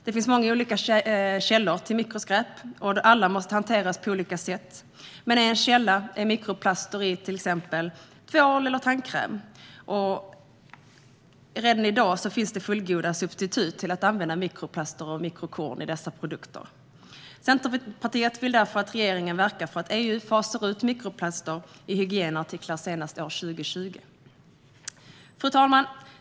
Det finns många olika källor till mikroskräp, och alla måste hanteras på olika sätt. En källa är mikroplaster i till exempel tvål och tandkräm. Redan i dag finns det fullgoda substitut till mikroplaster och mikrokorn som går att använda i dessa produkter. Centerpartiet vill därför att regeringen verkar för att EU ska fasa ut mikroplaster i hygienartiklar senast år 2020. Fru talman!